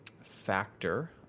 Factor